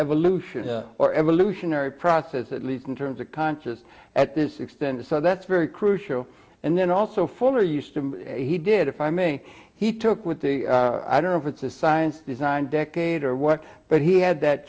evolution or evolutionary process at least in terms of conscious at this extent so that's very crucial and then also former used to he did if i may he took with the i don't know if it's a science design decade or what but he had that